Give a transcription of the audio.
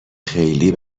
خیلی